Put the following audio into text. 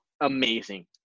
amazing